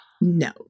no